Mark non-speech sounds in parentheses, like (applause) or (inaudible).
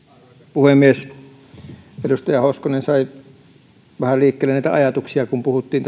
puhemies edustaja hoskonen sai vähän liikkeelle näitä ajatuksia kun puhuttiin (unintelligible)